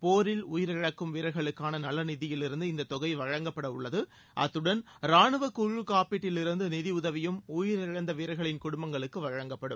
போரில் உயிரிழக்கும் வீரர்களுக்கான நலநிதியிலிருந்து இந்த தொகை வழங்கப்படவுள்ளது அத்துடன் ரானுவக் குழுக் காப்பீட்டிலிருந்து நிதியுதவியும் உயிரிழந்த வீரர்களின் குடும்பங்களுக்கு வழங்கப்படும்